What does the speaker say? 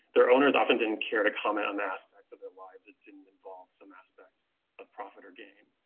their owners often didn't care to comment on the aspects of their lives that didn't involve some aspect of profit or gain.